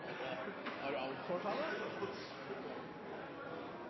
har du